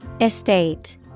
Estate